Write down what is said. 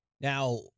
Now